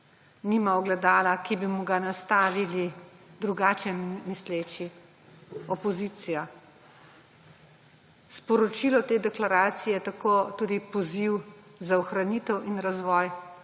nima ogledala, ki bi mu ga nastavili drugače misleči, opozicija. Sporočilo te deklaracije je tako tudi poziv za ohranitev in razvoj